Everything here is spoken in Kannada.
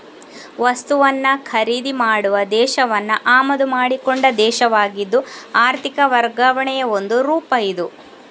ವಸ್ತುವನ್ನ ಖರೀದಿ ಮಾಡುವ ದೇಶವನ್ನ ಆಮದು ಮಾಡಿಕೊಂಡ ದೇಶವಾಗಿದ್ದು ಆರ್ಥಿಕ ವರ್ಗಾವಣೆಯ ಒಂದು ರೂಪ ಇದು